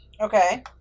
Okay